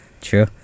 True